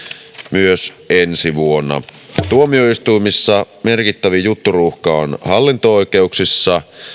myös ensi vuonna tuomioistuimissa merkittävin jutturuuhka on hallinto oikeuksissa